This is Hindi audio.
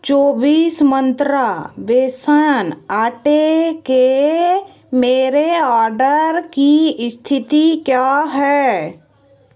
चौबीस मंत्रा बेसन आटे के मेरे ऑडर की स्थिति क्या है